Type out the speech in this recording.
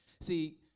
See